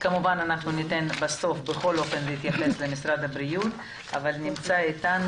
וניתן בסוף למשרד הבריאות גם לדבר.